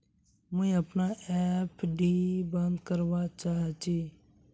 मुई अपना एफ.डी बंद करवा चहची